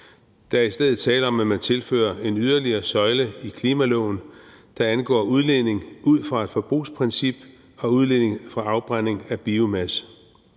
Der er i stedet tale om, at man tilfører en yderligere søjle i klimaloven, der angår udledning ud fra et forbrugsprincip og udledning fra afbrænding af biomasse.